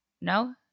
No